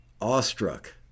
awestruck